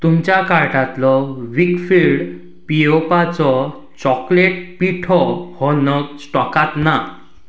तुमच्या कार्टांतलो वीकफील्ड पियेवपाचो चॉकलेट पिठो हो नग स्टॉकांत ना